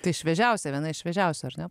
tai šviežiausia viena iš šviežiausių ar ne